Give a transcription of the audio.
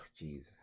jeez